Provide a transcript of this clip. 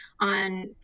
on